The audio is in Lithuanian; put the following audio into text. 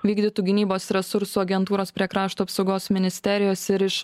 vykdytų gynybos resursų agentūros prie krašto apsaugos ministerijos ir iš